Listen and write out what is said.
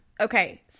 Okay